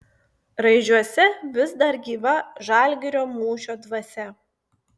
raižiuose vis dar gyva žalgirio mūšio dvasia